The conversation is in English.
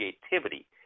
creativity